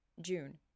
June